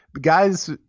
guys